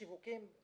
שיווקים,